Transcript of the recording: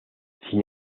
sin